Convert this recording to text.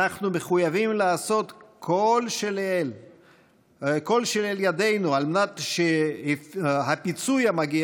אנחנו מחויבים לעשות כל שלאל ידינו על מנת שהפיצוי המגיע